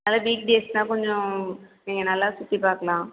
அதாவது வீக் டேஸ்ன்னா கொஞ்சம் நீங்கள் நல்லா சுற்றி பார்க்கலாம்